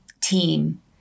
team